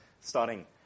starting